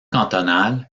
cantonal